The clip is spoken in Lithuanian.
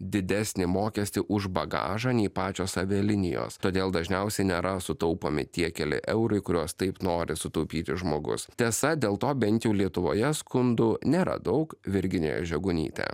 didesnį mokestį už bagažą nei pačios avialinijos todėl dažniausiai nėra sutaupomi tie keli eurai kuriuos taip nori sutaupyti žmogus tiesa dėl to bent jau lietuvoje skundų nėra daug virginija žegunytė